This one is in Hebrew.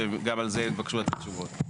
שגם על זה התבקשו לתת תשובות.